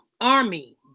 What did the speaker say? army